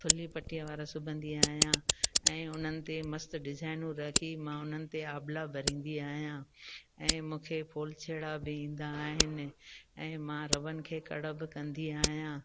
थुली पट्टीअ वारा सिबंदी आहियां ऐं उन्हनि ते मस्तु डिज़ाइनूं रखी मां उन्हनि ते आबला भरींदी आहियां ऐं मूंखे फुल छेड़ा बि ईंदा आहिनि ऐं मां रवनि खे कड़ बि कंदी आहियां